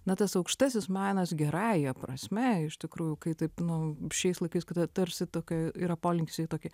na tas aukštasis menas gerąja prasme iš tikrųjų kai taip nu šiais laikais kada tarsi tokia yra polinkis į tokį